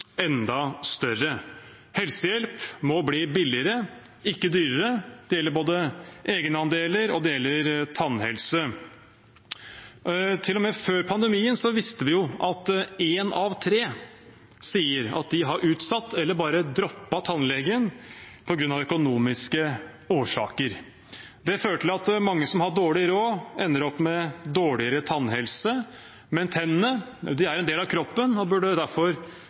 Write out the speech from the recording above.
enda større. Helsehjelp må bli billigere, ikke dyrere. Det gjelder både egenandeler og tannhelse. Til og med før pandemien visste vi at én av tre sier at de har utsatt eller bare droppet tannlegen av økonomiske årsaker. Det fører til at mange som har dårlig råd, ender opp med dårligere tannhelse. Tennene er en del av kroppen og burde derfor